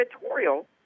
editorial